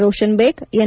Roshan Baig N